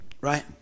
Right